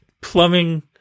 plumbing